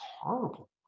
horrible